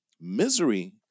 Misery